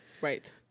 right